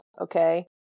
okay